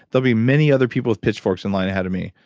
they'll be many other people with pitchforks in line ahead of me.